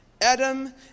Adam